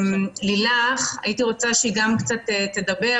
לילך אלמוג, והייתי רוצה שגם היא תוכל לדבר.